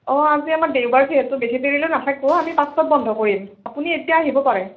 অ' আজি আমাৰ দেওবাৰ যিহেতু বেছি দেৰিলৈ নাথাকো আমি পাঁচটাত বন্ধ কৰিম আপুনি এতিয়া আহিব পাৰে